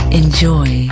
enjoy